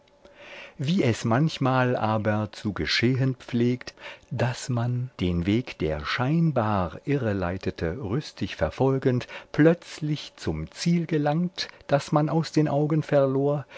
wie es manchmal aber zu geschehen pflegt daß man den weg der scheinbar irreleitete rüstig verfolgend plötzlich zum ziel gelangt das man aus den augen verlor